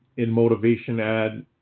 in motivation ad.